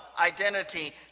identity